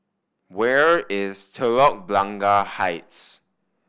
where is Telok Blangah Heights